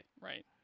Right